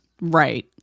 Right